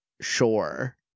sure